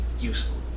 useful